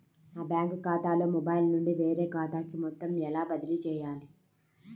నా బ్యాంక్ ఖాతాలో మొబైల్ నుండి వేరే ఖాతాకి మొత్తం ఎలా బదిలీ చేయాలి?